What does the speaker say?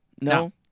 No